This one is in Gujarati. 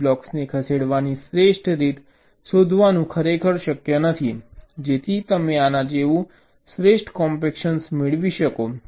તેથી બ્લોક્સને ખસેડવાની શ્રેષ્ઠ રીત શોધવાનું ખરેખર શક્ય નથી જેથી તમે આના જેવું શ્રેષ્ઠ કોમ્પેક્શન મેળવી શકો